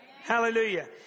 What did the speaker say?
Hallelujah